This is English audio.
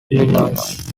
illinois